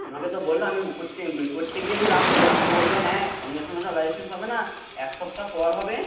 আমাকে তো বলল আমি করতে করতে গিয়েছিলাম দিয়ে আমাকে বলল হ্যাঁ সঙ্গে সঙ্গে তো লাইসেন্স হবে না এক সপ্তাহ পর হবে